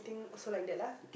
think is like that lah